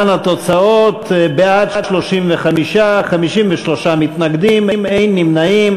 להלן התוצאות: בעד 35, 53 מתנגדים, אין נמנעים.